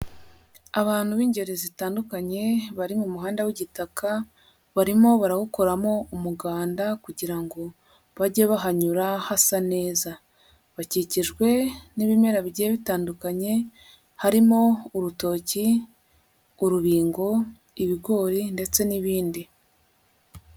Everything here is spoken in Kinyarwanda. Abantu b'ingeri zitandukanye bari mu muhanda w'igitaka barimo barawukoramo umuganda kugira ngo bajye bahanyura hasa neza, bakikijwe n'ibimera bigiye bitandukanye harimo urutoki, urubingo, ibigori ndetse n'ibindi.